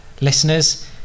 listeners